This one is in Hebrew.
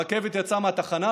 הרכבת יצאה מהתחנה,